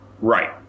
Right